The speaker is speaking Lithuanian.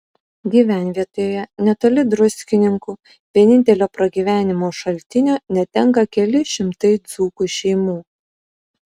gyvenvietėje netoli druskininkų vienintelio pragyvenimo šaltinio netenka keli šimtai dzūkų šeimų